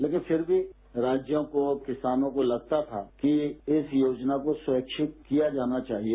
लेकिन फिर भी राज्यों को किसानों को लगता था कि इस योजना को स्वैच्छिक किया जाना चाहिए